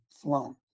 flown